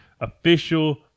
official